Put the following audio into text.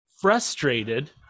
frustrated